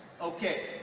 Okay